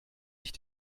ich